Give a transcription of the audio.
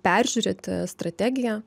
peržiūrėti strategija